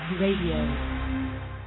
Radio